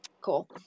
cool